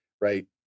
right